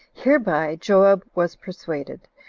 hereby joab was persuaded,